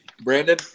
Brandon